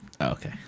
Okay